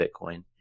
bitcoin